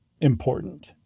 important